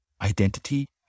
Identity